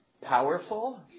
powerful